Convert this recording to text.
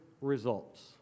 results